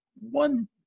one